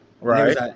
Right